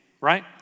right